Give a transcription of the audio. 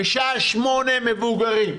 בשעה 20:00 מבוגרים,